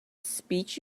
speech